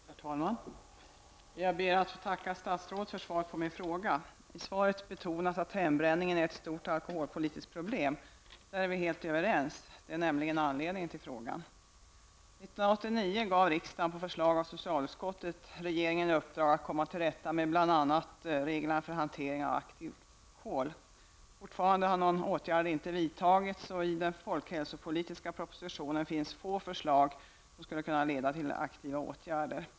Herr talman! Jag ber att få tacka statsrådet för svaret på min interpellation. I svaret betonas att hembränningen är ett stort alkoholpolitiskt problem. Där är vi helt överens. Det är nämligen anledningen till min interpellation. 1989 gav riksdagen på förslag av socialutskottet regeringen i uppdrag att vidta åtgärder för att komma till rätta med bl.a. reglerna för hantering av aktivt kol. Fortfarande har inte någon åtgärd vidtagits, och i den folkhälsopolitiska propositionen finns få förslag som skulle kunna leda till aktiva åtgärder.